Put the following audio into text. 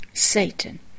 Satan